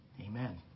Amen